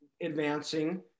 advancing